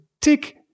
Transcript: Tick